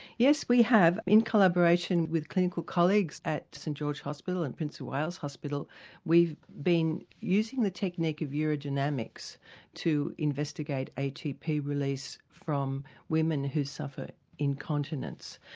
yes we have in collaboration with clinical colleagues at st george hospital and the prince of wales hospital we've been using the technique of urodynamics to investigate atp release from women who suffer incontinence.